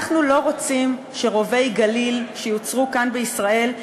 אנחנו לא רוצים שרובי "גליל" שיוצרו כאן בישראל,